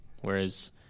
Whereas